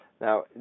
Now